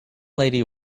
lady